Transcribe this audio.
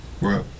Right